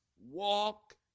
walk